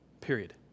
Period